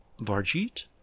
Varjeet